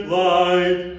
light